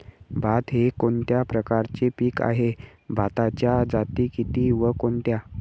भात हे कोणत्या प्रकारचे पीक आहे? भाताच्या जाती किती व कोणत्या?